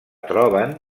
troben